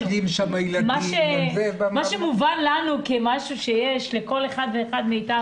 מה שמובן לנו כמשהו שיש לכל אחד ואחד מאתנו,